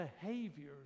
behaviors